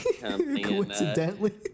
coincidentally